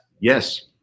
Yes